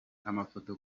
amafoto